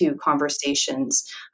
conversations